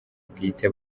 bwite